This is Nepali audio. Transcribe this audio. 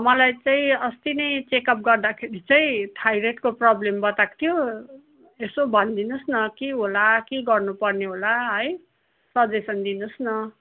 मलाई चाहिँ अस्ति नै चेकअप गर्दाखेरि चाहिँ थाइरोइडको प्रब्लम बताएको थियो यसो भनिदिनुहोस् न के होला के गर्नुपर्ने होला है सजेसन दिनुहोस् न